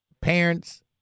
Parents